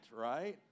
right